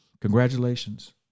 Congratulations